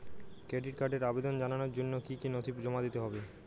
Credit কার্ডের আবেদন জানানোর জন্য কী কী নথি জমা দিতে হবে?